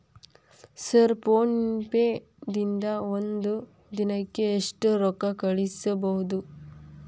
Sir PhonePe ದಿಂದ ಒಂದು ದಿನಕ್ಕೆ ಎಷ್ಟು ರೊಕ್ಕಾ ಕಳಿಸಬಹುದು?